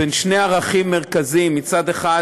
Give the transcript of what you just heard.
בין שני ערכים מרכזיים: מצד אחד